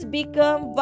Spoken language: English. become